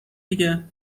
دیگه